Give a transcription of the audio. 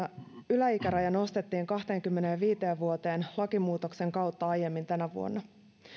yläikäraja nostettiin kahteenkymmeneenviiteen vuoteen lakimuutoksen kautta aiemmin tänä vuonna